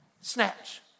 Snatch